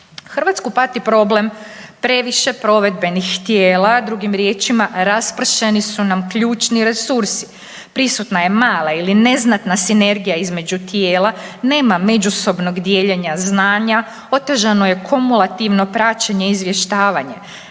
Hrvatsku pati problem previše provedbenih tijela, drugim riječima raspršeni su nam ključni resursi. Prisutna je mala ili neznatna sinergija između tijela. Nema međusobnog dijeljenja znanja, otežano je kumulativno praćenje i izvještavanje.